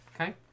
Okay